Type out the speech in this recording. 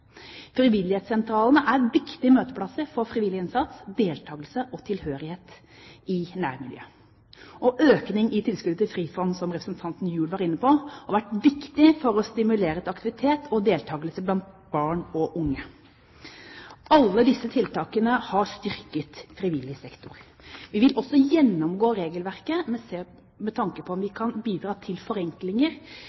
Frivillighetssentralene er viktige møteplasser for frivillig innsats, deltagelse og tilhørighet i nærmiljøet. Økningen i tilskudd til Frifond, som representanten Gjul var inne på, har vært viktig for å stimulere til aktivitet og deltagelse blant barn og unge. Alle disse tiltakene har styrket frivillig sektor. Vi vil også gjennomgå regelverket med tanke på om vi